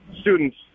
students